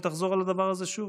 היא תחזור על הדבר הזה שוב.